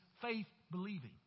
faith-believing